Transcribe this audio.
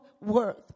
worth